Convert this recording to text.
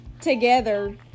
together